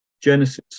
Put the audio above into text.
Genesis